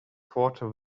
quarter